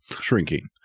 shrinking